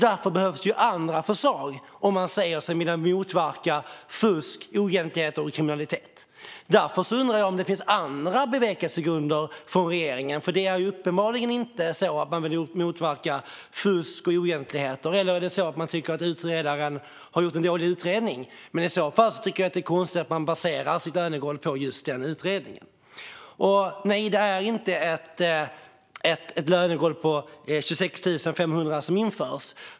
Därför behövs det andra förslag om man säger sig vilja motverka fusk, oegentligheter och kriminalitet. Därför undrar jag om det finns andra bevekelsegrunder för regeringen, för man vill uppenbarligen inte motverka fusk och oegentligheter. Eller är det så att man tycker att utredaren har gjort en dålig utredning? I så fall tycker jag att det är konstigt att man baserar sitt lönegolv på just den utredningen. Nej, det är inte ett lönegolv på 26 500 som införs.